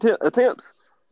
Attempts